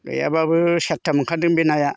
गैयाबाबो सेरथाम ओंखारदों बे नाया